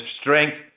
strength